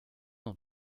dans